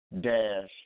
dash